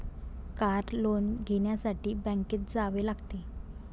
car loan घेण्यासाठी बँकेत जावे लागते